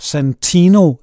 Santino